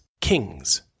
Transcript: kings